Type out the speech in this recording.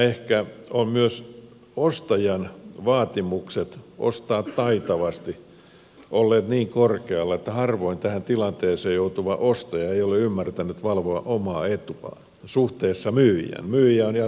ehkä ovat myös ostajan vaatimukset ostaa taitavasti olleet niin korkealla että harvoin tähän tilanteeseen joutuva ostaja ei ole ymmärtänyt valvoa omaa etuaan suhteessa myyjään